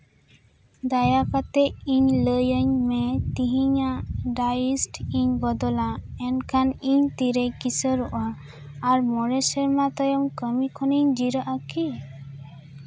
ᱫᱟᱭᱟ ᱠᱟᱛᱮ ᱤᱧ ᱞᱟᱹᱭᱟᱹᱧ ᱢᱮ ᱛᱤᱦᱤᱧᱟᱜ ᱰᱟᱭᱤᱥᱴ ᱤᱧ ᱵᱚᱫᱚᱞᱟ ᱮᱱᱠᱷᱟᱱ ᱤᱧ ᱛᱤᱨᱮᱧ ᱠᱤᱥᱟᱹᱬᱚᱜᱼᱟ ᱟᱨ ᱢᱚᱬᱮ ᱥᱮᱨᱢᱟ ᱛᱟᱭᱚᱢ ᱠᱟᱹᱢᱤ ᱠᱷᱚᱱᱤᱧ ᱡᱤᱨᱟᱹᱜᱼᱟ ᱠᱤ